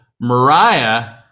Mariah